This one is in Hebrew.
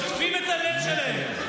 שוטפים את הלב שלהם,